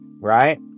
right